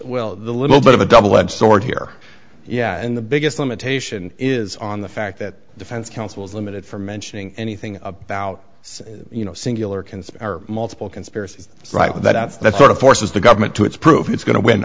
well the little bit of a double edged sword here yeah and the biggest limitation is on the fact that defense counsels limited from mentioning anything about so you know singular can see multiple conspiracies right that's the sort of forces the government to it's proof it's going to wind